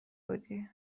بودی